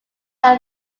are